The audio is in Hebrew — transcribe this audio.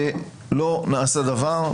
ולא נעשה דבר,